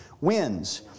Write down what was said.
wins